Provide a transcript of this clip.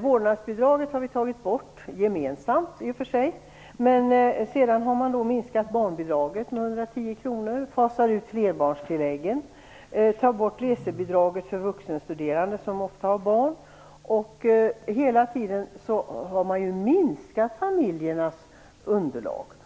Vårdnadsbidraget har vi tagit bort, gemensamt i och för sig. Men sedan har barnbidraget minskats med 110 kronor. Man fasar ut flerbarnstilläggen och tar bort resebidraget för vuxenstuderande, som ofta har barn. Hela tiden minskas familjernas underlag.